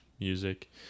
music